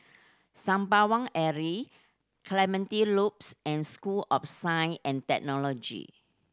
Sembawang Alley Clementi Loops and School of Science and Technology